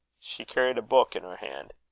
she carried a book in her hand.